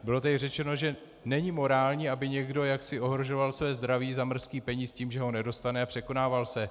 Bylo tady řečeno, že není morální, aby někdo ohrožoval své zdraví za mrzký peníz tím, že ho nedostane, a překonával se.